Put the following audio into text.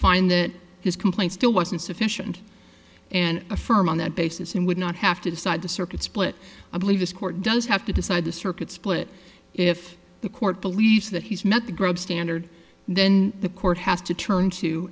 find that his complaint still wasn't sufficient and a firm on that basis and would not have to decide the circuit split i believe this court does have to decide the circuit split if the court believes that he's met the group standard then the court has to turn to